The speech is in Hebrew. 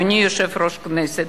אדוני יושב-ראש הכנסת,